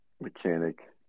mechanic